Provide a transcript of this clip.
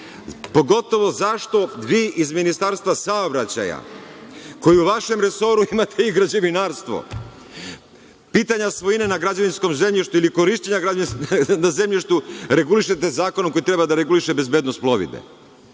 pogotovo zašto vi iz Ministarstva saobraćaja, koji u vašem resoru imate i građevinarstvo? Pitanje svojine na građevinskom zemljištu ili korišćenje na građevinskom zemljištu regulišete zakonom koji treba da reguliše bezbednost plovidbe.